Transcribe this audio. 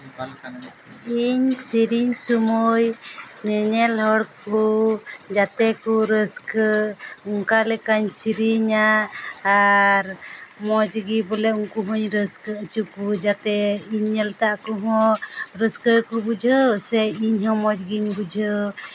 ᱤᱧ ᱥᱮᱨᱮᱧ ᱥᱚᱢᱚᱭ ᱧᱮᱧᱮᱞ ᱦᱚᱲ ᱠᱚ ᱡᱟᱛᱮ ᱠᱚ ᱨᱟᱹᱥᱠᱟᱹ ᱚᱱᱠᱟ ᱞᱮᱠᱟᱧ ᱥᱮᱨᱮᱧᱟ ᱟᱨ ᱢᱚᱡᱽ ᱜᱮ ᱵᱚᱞᱮ ᱩᱱᱠᱩ ᱦᱚᱸᱧ ᱨᱟᱹᱥᱠᱟᱹ ᱦᱚᱪᱚ ᱠᱚ ᱡᱟᱛᱮ ᱤᱧ ᱧᱮᱞᱛᱮ ᱟᱠᱚ ᱦᱚᱸ ᱨᱟᱹᱥᱠᱟᱹ ᱜᱮᱠᱚ ᱵᱩᱡᱷᱟᱹᱣ ᱥᱮ ᱤᱧ ᱦᱚᱸ ᱢᱚᱡᱽ ᱜᱤᱧ ᱵᱩᱡᱷᱟᱹᱣ